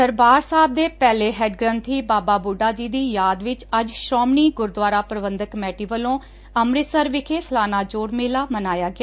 ਦਰਬਾਰ ਸਾਹਿਬ ਦੇ ਪਹਿਲੇ ਹੈੱਡ ਗ੍ੰਬੀ ਬਾਬਾ ਬੁੱਢਾ ਜੀ ਦੀ ਯਾਦ ਵਿਚ ਅੱਜ ਸ੍ਰੋਮਣੀ ਗੁਰੂਦੁਆਰਾ ਪ੍ਰਬੰਧਕ ਕਮੇਟੀ ਵਲੋਂ ਅੰਮ੍ਰਿਤਸਰ ਵਿਖੇ ਸਲਾਨਾ ਜੋੜ ਮੇਲਾ ਮਨਾਇਆ ਗਿਆ